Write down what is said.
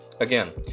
again